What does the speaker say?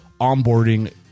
onboarding